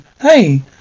Hey